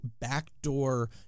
backdoor